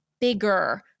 bigger